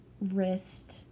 wrist